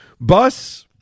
bus